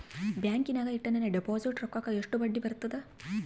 ಬ್ಯಾಂಕಿನಾಗ ಇಟ್ಟ ನನ್ನ ಡಿಪಾಸಿಟ್ ರೊಕ್ಕಕ್ಕ ಎಷ್ಟು ಬಡ್ಡಿ ಬರ್ತದ?